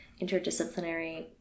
interdisciplinary